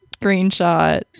screenshot